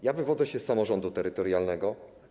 Ja wywodzę się z samorządu terytorialnego.